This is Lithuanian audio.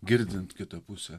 girdint kitą pusę